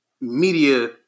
media